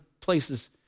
places